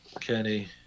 Kenny